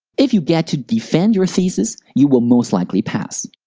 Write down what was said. if you get to defend your thesis you will most likely pass.